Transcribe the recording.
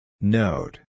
Note